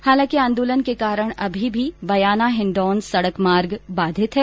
हालांकि आंदोलन के कारण अभी भी बयाना हिण्डौन सड़क मार्ग बाधित है